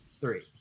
Three